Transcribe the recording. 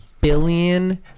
billion